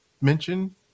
mention